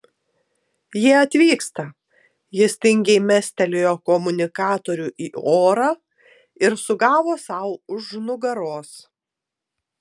jie atvyksta jis tingiai mestelėjo komunikatorių į orą ir sugavo sau už nugaros